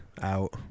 out